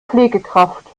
pflegekraft